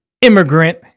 immigrant